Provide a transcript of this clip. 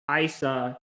Isa